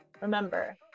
Remember